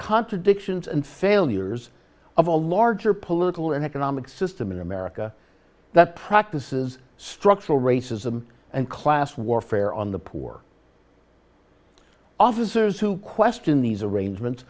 contradictions and failures of a larger political and economic system in america that practises structural racism and class warfare on the poor officers who question these arrangements